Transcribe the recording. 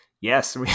Yes